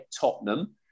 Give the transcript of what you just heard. Tottenham